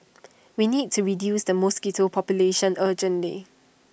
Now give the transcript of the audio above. we need to reduce the mosquito population urgently